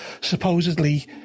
supposedly